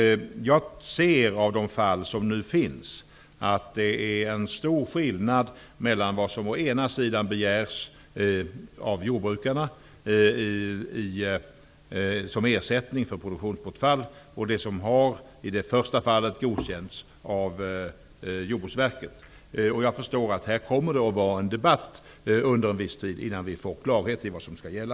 I de fall som nu finns ser jag att det är stor skillnad mellan vad som å ena sidan begärs av jordbrukarna som ersättning för produktionsbortfall och å andra sidan vad som i det första fallet har godkänts av Jordbruksverket. Jag förstår att det kommer att bli en debatt under en viss tid innan det blir klarhet i vad som skall gälla.